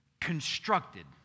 constructed